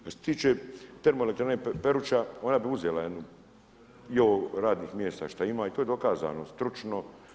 Što se tiče termoelektrane Peruča, on bi uzela i ovo radnih mjesta što ima i to je dokazano stručno.